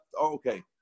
okay